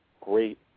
great